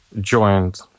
joined